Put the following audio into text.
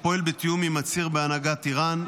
הפועל בתיאום עם הציר בהנהגת איראן,